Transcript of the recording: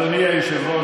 אדוני היושב-ראש,